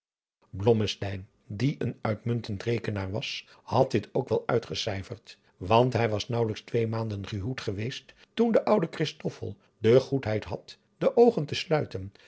die een uitmuntend rekenaar was had dit ook wel uitgecijferd want hij was naauwelijks twee maanden gehuwd geweest toen de oude christoffel de goedheid had de oogen te sluiten